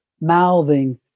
mouthing